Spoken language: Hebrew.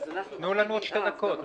תנו לנו עוד שתי דקות.